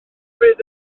fydd